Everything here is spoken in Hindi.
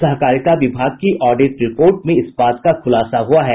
सहकारिता विभाग की ऑडिट रिपोर्ट में इस बात का खुलासा हुआ है